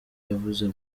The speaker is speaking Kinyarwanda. yavuze